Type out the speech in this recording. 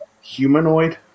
humanoid